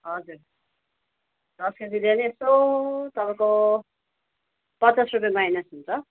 हजुर दस केजीले नि यसो तपाईँको पचास रुपियाँ माइनस हुन्छ